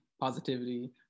positivity